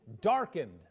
darkened